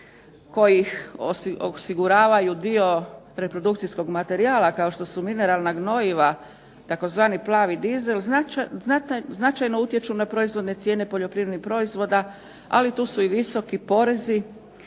koji osiguravaju dio reprodukcijskog materijala kao što su mineralna gnojiva tzv. plavi dizel, značajno utječu na proizvodne cijene poljoprivrednih proizvoda, ali tu su i visoki porezi.